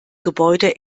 gebäude